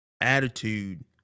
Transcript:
attitude